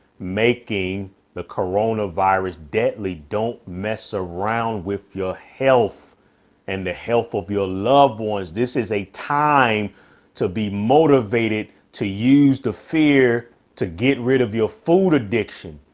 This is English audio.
making the corona virus deadly. don't mess around with your health and the health of your loved ones. this is a time to be motivated to use the fear to get rid of your food addiction.